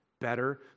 better